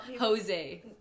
Jose